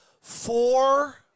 Four